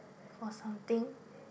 for something